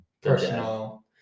personal